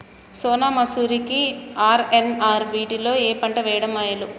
సోనా మాషురి కి ఆర్.ఎన్.ఆర్ వీటిలో ఏ పంట వెయ్యడం మేలు?